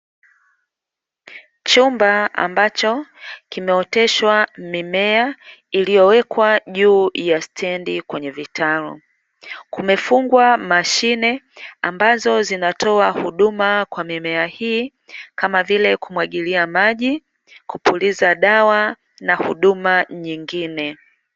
Chumba ambacho kimeoteshwa mimea iliyowekwa juu ya stendi kwenye vitalu kumefungwa mashine, ambazo zinatoa huduma kwa mimea hii kama vile kumwagilia maji, kupuliza dawa na huduma nyingine.